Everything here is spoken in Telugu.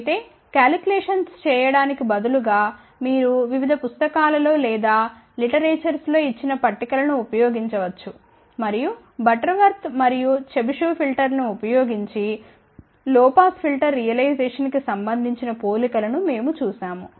అయితే క్యాల్కులేషన్స్ చేయడానికి బదులుగా మీరు వివిధ పుస్తకాలలో లేదా లిటరేచర్స్ లో ఇచ్చిన పట్టిక లను ఉపయోగించవచ్చు మరియు బటర్వర్త్ మరియు చెబిషెవ్ ఫిల్టర్ను ఉపయోగించి లో పాస్ ఫిల్టర్ రియలైజేషన్ కి సంబందించిన పోలికను మేము చూశాము